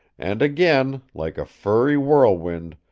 and again, like a furry whirlwind,